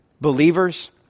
Believers